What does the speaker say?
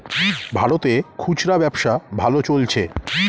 ভারতে খুচরা ব্যবসা ভালো চলছে